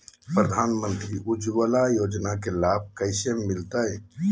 प्रधानमंत्री उज्वला योजना के लाभ कैसे मैलतैय?